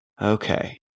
Okay